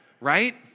right